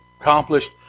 accomplished